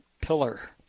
pillar